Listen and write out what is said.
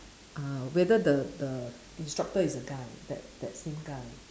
uh whether the the instructor is a guy that that same guy